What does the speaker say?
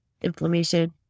inflammation